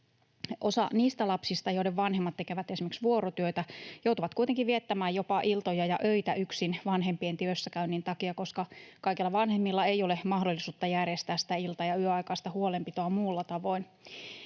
lapsista, joiden vanhemmat tekevät esimerkiksi vuorotyötä, joutuu kuitenkin viettämään jopa iltoja ja öitä yksin vanhempien työssäkäynnin takia, koska kaikilla vanhemmilla ei ole mahdollisuutta järjestää ilta- ja yöaikaista huolenpitoa muulla tavoin.